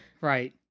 Right